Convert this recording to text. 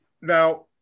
Now